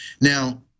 Now